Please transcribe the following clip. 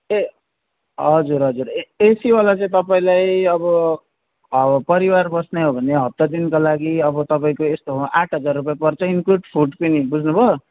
ए हजुर हजुर एसीवाला चाहिँ तपाईँलाई अब परिवार बस्ने हो भने हप्ता दिनको लागि अब तपाईँको यस्तो हो आठ हजार पर्छ इन्क्लुड फुड पनि बुझ्नुभयो